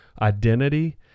identity